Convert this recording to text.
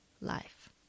life